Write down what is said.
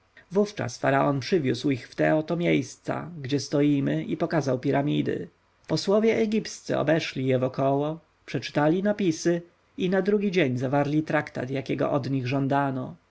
wówczas faraon przywiózł ich w te oto miejsca gdzie stoimy i pokazał piramidy posłowie etjopscy obeszli je wokoło przeczytali napisy i na drugi dzień zawarli traktat jakiego od nich żądano